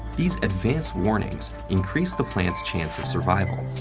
these advance warnings increase the plants chance of survival.